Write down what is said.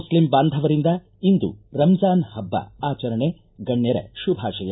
Muslim ಬಾಂಧವರಿಂದ ಇಂದು ರಂಜಾನ್ ಹಬ್ಬ ಆಚರಣೆ ಗಣ್ಯರ ಶುಭಾಶಯ